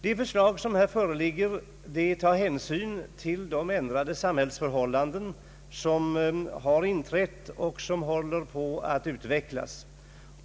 De förslag som föreligger tar hänsyn till de ändrade samhällsförhållanden som har inträtt och som håller på att utvecklas.